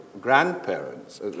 grandparents